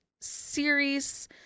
series